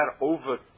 over